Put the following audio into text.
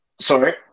Sorry